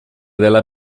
della